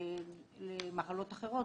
יש מחלות אחרות.